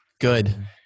Good